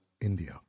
India